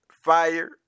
fire